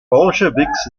bolsheviks